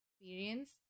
experience